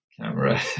camera